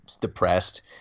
depressed